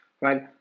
right